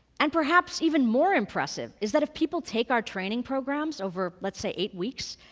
and perhaps even more impressive is that if people take our training programs over, let's say, eight weeks,